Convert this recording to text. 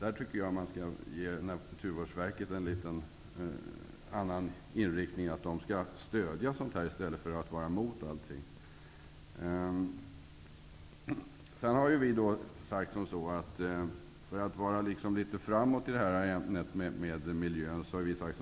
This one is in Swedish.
Jag tycker att Naturvårdsverket borde ta en annan inriktning och stödja sådana här projekt i stället för att vara emot dem. För att vara framåt vad beträffar miljön har vi sagt